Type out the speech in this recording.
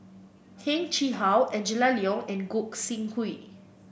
Heng Chee How Angela Liong and Gog Sing Hooi